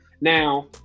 Now